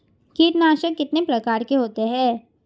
कीटनाशक कितने प्रकार के होते हैं?